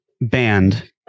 band